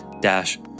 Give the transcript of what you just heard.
dash